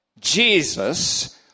Jesus